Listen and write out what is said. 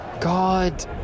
god